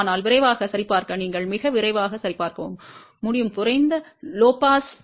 ஆனால் விரைவாகச் சரிபார்க்க நீங்கள் மிக விரைவாக சரிபார்க்கவும் முடியும் குறைந்த பாஸுக்கு